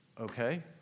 Okay